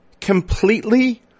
completely